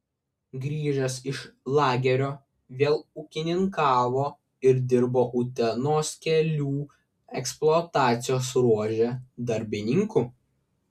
grįžęs iš lagerio vėl ūkininkavo ir dirbo utenos kelių eksploatacijos ruože darbininku